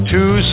Two